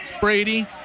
Brady